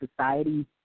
society –